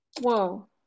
Whoa